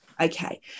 okay